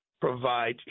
provide